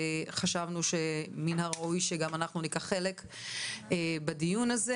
וחשבנו שמן הראוי שגם אנחנו ניקח חלק בדיון הזה.